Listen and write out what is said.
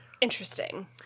interesting